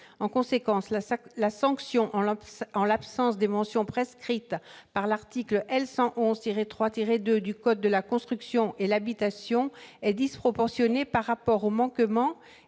du contrat. La sanction en l'absence des mentions prescrites par l'article L. 111-3-2 du code de la construction et de l'habitation est disproportionnée par rapport au manquement,